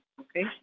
Okay